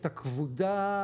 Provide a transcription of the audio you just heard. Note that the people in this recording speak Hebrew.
את הכבודה,